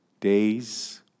Days